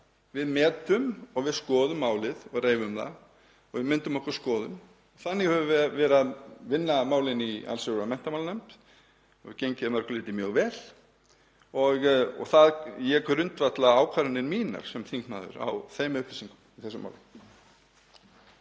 Við metum og við skoðum málið og reifum það og við myndum okkur skoðun. Þannig höfum við verið að vinna málin í allsherjar- og menntamálanefnd og það hefur að mörgu leyti gengið mjög vel. Ég grundvalla ákvarðanir mínar sem þingmaður á þeim upplýsingum í þessu máli.